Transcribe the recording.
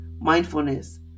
mindfulness